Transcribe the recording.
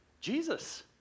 Jesus